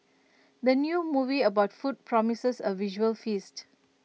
the new movie about food promises A visual feast